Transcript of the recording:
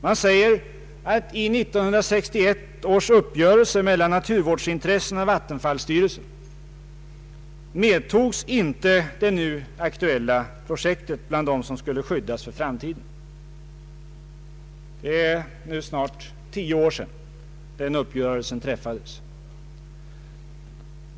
Man säger att i 1961 års uppgörelse mellan naturvårdsintressena och vattenfallsstyrelsen medtogs inte det nu aktuella projektet bland dem som skulle skyddas för framtiden. Det är nu snart tio år sedan den uppgörelsen träffades.